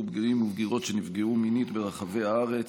בגירים ובגירות שנפגעו מינית ברחבי הארץ.